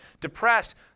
depressed